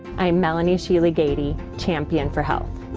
i am melanie schiele gady, champion for health.